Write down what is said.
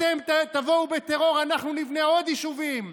אתם תבואו בטרור, אנחנו נבנה עוד יישובים,